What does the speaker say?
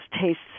tastes